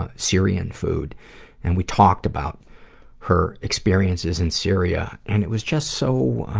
ah syrian food and we talked about her experiences in syria and it was just so